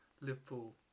Liverpool